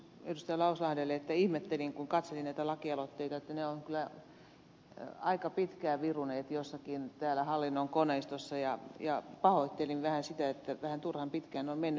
lauslahdelle että ihmettelin kun katselin näitä lakialoitteita että ne ovat kyllä aika pitkään viruneet jossakin täällä hallinnon koneistossa ja pahoittelen vähän sitä että vähän turhan pitkään on mennyt